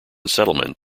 settlement